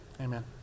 amen